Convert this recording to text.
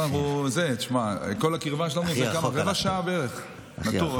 כל הקרבה שלנו זה רבע שעה בערך, נטור,